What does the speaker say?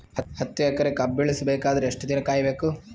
ಹತ್ತು ಎಕರೆ ಕಬ್ಬ ಇಳಿಸ ಬೇಕಾದರ ಎಷ್ಟು ದಿನ ಕಾಯಿ ಬೇಕು?